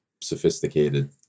sophisticated